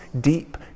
deep